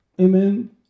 amen